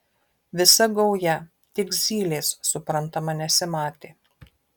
visa gauja tik zylės suprantama nesimatė